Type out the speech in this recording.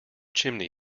chimney